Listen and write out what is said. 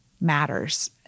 matters